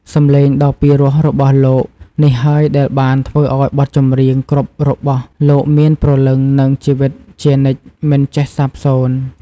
សម្លេងដ៏ពីរោះរបស់លោកនេះហើយដែលបានធ្វើឱ្យបទចម្រៀងគ្រប់របស់លោកមានព្រលឹងនិងជីវិតជានិច្ចមិនចេះសាបសូន្យ។